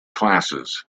classes